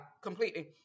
completely